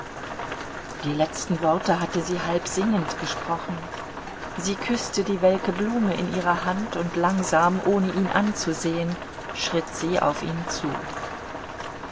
die letzten worte hatte sie halbsingend gesprochen sie küßte die welke blume in ihrer hand und langsam ohne ihn anzusehen schritt sie auf ihn zu